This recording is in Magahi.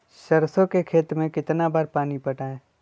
सरसों के खेत मे कितना बार पानी पटाये?